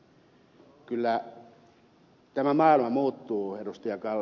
kyllä tämä maailma muuttuu ed